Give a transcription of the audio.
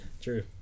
True